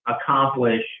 accomplish